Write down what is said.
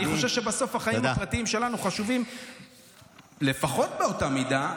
אני חושב שבסוף החיים הפרטיים שלנו חשובים לפחות באותה מידה,